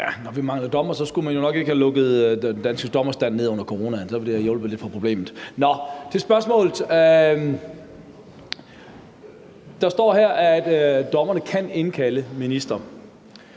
Når vi mangler dommere, skulle man jo nok ikke have lukket den danske dommerstand ned under corona – det ville have hjulpet lidt på problemet. Så går jeg over til spørgsmålet. Der står her, at dommerne kan indkalde ministre.